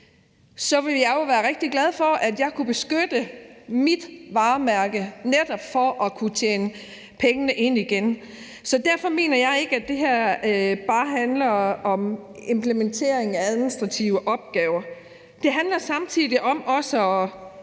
så ville jeg jo være rigtig glad for, at jeg kunne beskytte mit varemærke, netop for at kunne tjene pengene ind igen. Så derfor mener jeg ikke, at det her bare handler om implementering af administrative opgaver. Det handler samtidig om også at